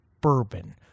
bourbon